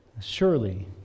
surely